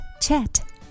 chat